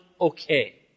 okay